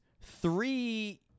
three